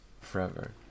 forever